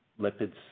lipids